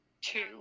two